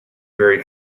very